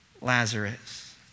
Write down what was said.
Lazarus